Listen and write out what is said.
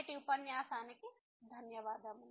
నేటి ఉపన్యాసానికి ధన్యవాదాలు